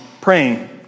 praying